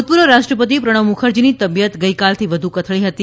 ભૂતપૂર્વ રાષ્ટ્રપતિ પ્રણવ મુખરજીની તબિયત ગઈકાલથી વધુ કથળી હતી